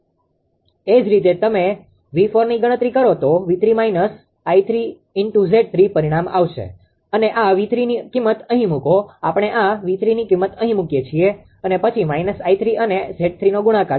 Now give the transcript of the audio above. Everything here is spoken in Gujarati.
એ જ રીતે જો તમે 𝑉4ની ગણતરી કરો તો 𝑉3 − 𝐼3𝑍3 પરિણામ આવશે અને આ 𝑉3ની કિમત અહી મુકો આપણે આ 𝑉3ની કિમત અહી મુકીએ છીએ અને પછી 𝐼3 અને 𝑍3નો ગુણાકાર છે